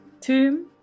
Tomb